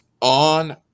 On